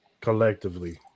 collectively